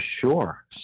Sure